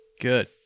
Good